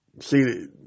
see